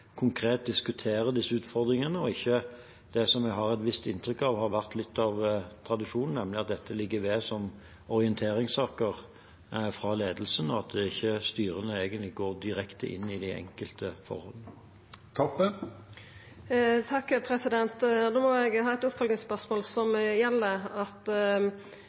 konkret diskuterer disse utfordringene, og at dette ikke – som jeg har et visst inntrykk av har vært litt av tradisjonen – ligger ved som orienteringssaker fra ledelsen, og at styrene ikke egentlig går direkte inn i de enkelte forhold. Då må eg ha eit oppfølgingsspørsmål som gjeld det at